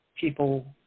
people